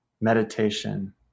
meditation